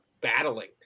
battling